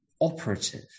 operative